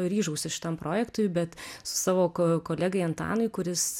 ryžausi šitam projektui bet savo ko kolegai antanui kuris